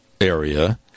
area